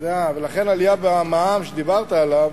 לכן העלייה במע"מ, שדיברת עליה,